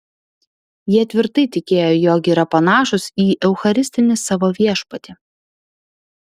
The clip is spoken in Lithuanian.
jie tvirtai tikėjo jog yra panašūs į eucharistinį savo viešpatį